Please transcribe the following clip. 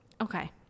Okay